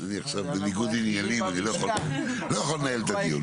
אני עכשיו בניגוד עניינים, לא יכול לנהל את הדיון.